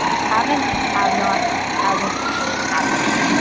haven't have not hasn't has not.